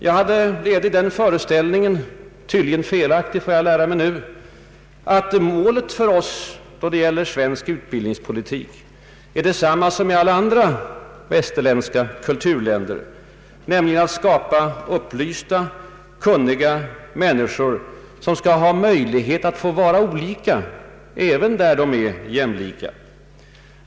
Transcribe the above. Jag levde i den föreställningen — tydligen felaktig, får jag lära mig nu — att målet för oss när det gäller svensk utbildningspolitik är detsamma som i alla andra västerländska kulturländer, nämligen att skapa upplysta och kunniga människor, som skall ha möjlighet att vara olika även där de är jämlika.